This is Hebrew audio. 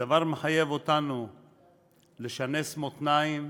הדבר מחייב אותנו לשנס מותניים,